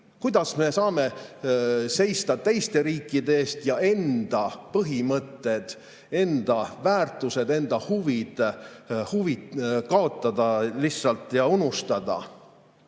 Kuidas me saame seista teiste riikide eest, kuid enda põhimõtted, enda väärtused, enda huvid kaotada ja lihtsalt unustada? Meie